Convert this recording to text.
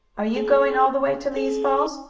are you going all the way to lee's falls?